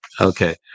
okay